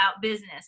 business